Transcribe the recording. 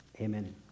Amen